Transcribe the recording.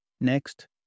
Next